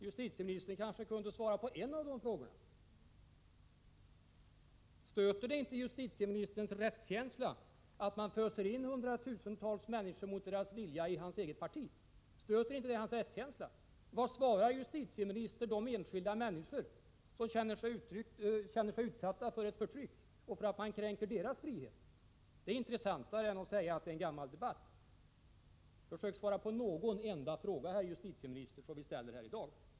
Justitieministern kanske kunde svara på en av de tre frågorna. Stöter det inte justitieministerns rättskänsla att man föser in hundratusentals människor mot deras vilja i hans eget parti? Stöter inte det hans rättskänsla? Dessa frågor är intressantare än att säga att detta är en gammal debatt. Försök svara på någon enda fråga som vi ställer här i dag, herr justitieminister.